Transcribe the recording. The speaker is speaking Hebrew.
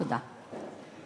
תודה.